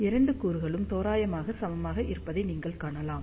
இரண்டு கூறுகளும் தோராயமாக சமமாக இருப்பதை நீங்கள் காணலாம்